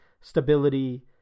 stability